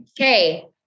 Okay